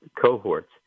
cohorts